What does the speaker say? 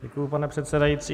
Děkuji, pane předsedající.